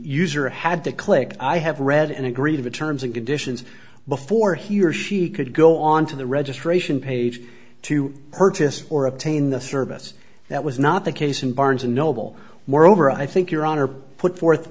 user had to click i have read and agree to the terms and conditions before he or she could go on to the registration page to purchase or obtain the service that was not the case in barnes and noble were over i think your honor put forth